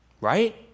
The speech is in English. Right